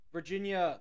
Virginia